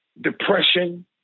depression